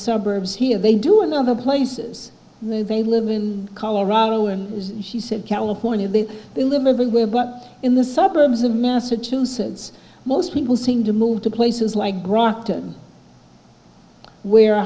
suburbs here they do in other places they live in colorado and she said california they live everywhere but in the suburbs of massachusetts most people seem to move to places like grokked where